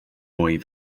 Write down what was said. mwy